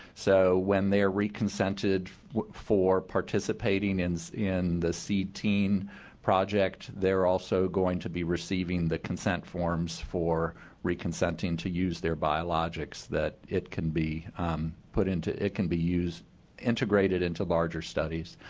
so when they're re-consented for participating and in the seed teen project, they're also going to be receiving the consent forms for re-consenting to use biologics that it can be put into it can be used integrated into larger studies.